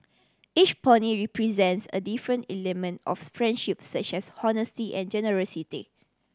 each pony represents a different element of friendship such as honesty and generosity